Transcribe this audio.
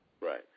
Right